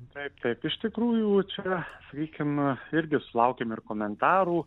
taip taip iš tikrųjų čia sakykim irgi sulaukėm ir komentarų